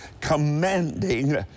commanding